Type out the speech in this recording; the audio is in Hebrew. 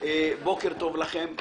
בוקר טוב לכם,